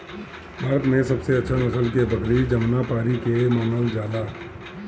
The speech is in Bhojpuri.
भारत में सबसे अच्छा नसल के बकरी जमुनापारी के मानल जाला